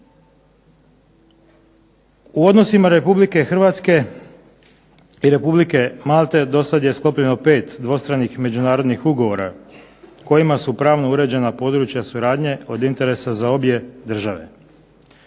u odnosima države Hrvatske i Malte koje su do sada sklopile pet dvostranih međunarodnih ugovora kojima su pravno uređena područja suradnje od interesa za obje države.